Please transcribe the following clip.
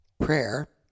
Prayer